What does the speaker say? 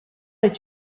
est